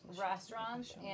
restaurants